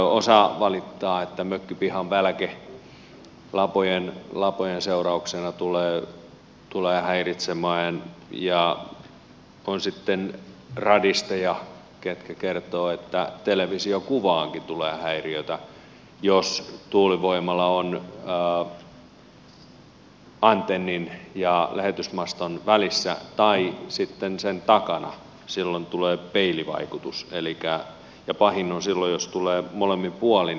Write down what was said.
osa valittaa että mökkipihan välke lapojen seurauksena tulee häiritsemään ja sitten on radisteja jotka kertovat että televisiokuvaankin tulee häiriötä jos tuulivoimala on antennin ja lähetysmaston välissä tai sitten sen takana jolloin tulee peilivaikutus ja pahin on silloin jos tulee molemmin puolin